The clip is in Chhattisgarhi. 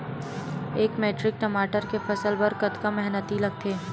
एक मैट्रिक टमाटर के फसल बर कतका मेहनती लगथे?